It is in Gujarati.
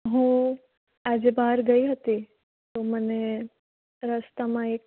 હું આજે બહાર ગઈ હતી તો મને રસ્તામાં એક